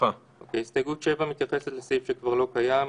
ההסתייגות לא נתקבלה.